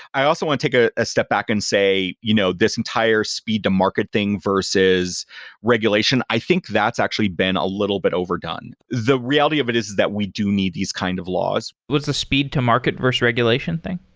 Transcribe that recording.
i also want to take ah a step back and say you know this entire speed to market thing versus regulation, i think that's actually been a little bit overdone. the reality of it is that we do need these kind of laws. what's the speed to market versus regulation thing?